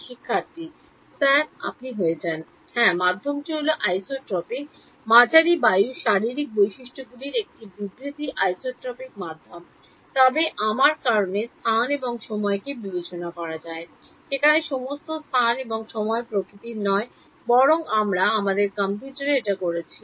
শিক্ষার্থী স্যার আপনি হয়ে যান হ্যাঁ মাধ্যমটি হল আইসোট্রপিক হল মাঝারি বায়ুর শারীরিক বৈশিষ্ট্যগুলির একটি বিবৃতি আইসোট্রপিক মাধ্যম তবে আমার কারণে স্থান এবং সময়কে কে বিবেচনা করা হয় যেখানে স্থান এবং সময় প্রকৃতির নয় বরং আমরা আমাদের কম্পিউটারে এটি করছি